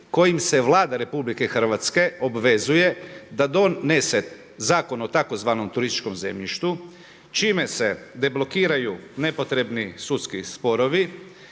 kojim se Vlada RH obvezuje da donese zakon o tzv. turističkom zemljištu čime se deblokiraju nepotrebni sudski sporovi,